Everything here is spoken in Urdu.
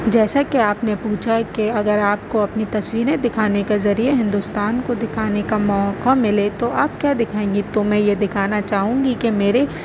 جیسا کہ آپ نے پوچھا کہ اگر آپ کو اپنی تصویریں دکھانے کا ذریعہ ہندوستان کو دکھانے کا موقعہ ملے تو آپ کیا دکھائیں گی تو میں یہ دکھانا چاہوں گی کہ میرے